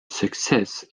success